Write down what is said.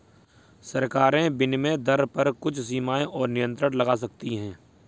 सरकारें विनिमय दर पर कुछ सीमाएँ और नियंत्रण लगा सकती हैं